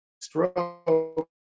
stroke